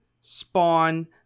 Spawn